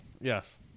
Yes